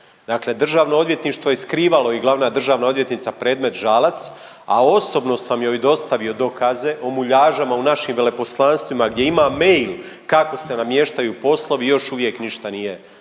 Dakle DORH je skrivalo i glavna državna odvjetnica predmet Žalac, a osobno sam joj dostavio dokaze o muljažama u našim veleposlanstvima gdje ima mail kako se namještaju poslovi i još uvijek ništa nije